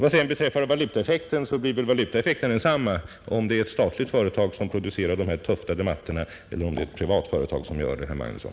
Vad beträffar valutaeffekten så blir den väl densamma, om det är ett statligt företag som producerar de tuftade mattorna eller om det är ett privat företag som gör det, herr Magnusson.